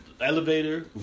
elevator